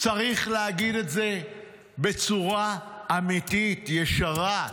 צריך להגיד את זה בצורה אמיתית, ישרה.